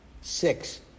six